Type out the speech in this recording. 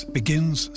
begins